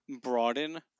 broaden